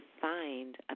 find